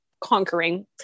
conquering